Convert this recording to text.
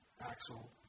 Axel